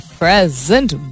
present